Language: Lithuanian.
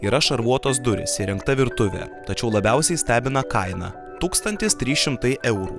yra šarvuotos durys įrengta virtuvė tačiau labiausiai stebina kaina tūkstantis trys šimtai eurų